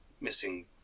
missing